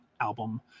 album